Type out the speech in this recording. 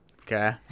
Okay